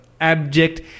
abject